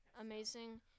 amazing